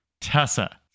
Tessa